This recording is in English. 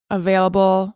available